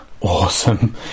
awesome